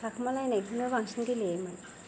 थाखोमालायनायखौनो बांसिन गेलेयोमोन